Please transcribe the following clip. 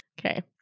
Okay